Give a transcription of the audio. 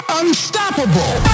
unstoppable